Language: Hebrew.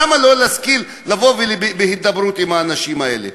למה לא להשכיל לבוא להידברות עם האנשים האלה?